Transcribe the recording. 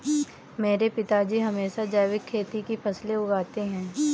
मेरे पिताजी हमेशा जैविक खेती की फसलें उगाते हैं